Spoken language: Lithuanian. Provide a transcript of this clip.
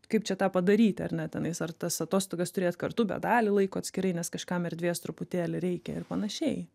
kaip čia tą padaryti ar ne tenais ar tas atostogas turėt kartu bet dalį laiko atskirai nes kažkam erdvės truputėlį reikia ir panašiai